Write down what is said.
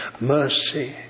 Mercy